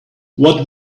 what